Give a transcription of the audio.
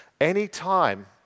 Anytime